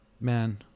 man